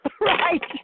right